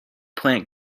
plant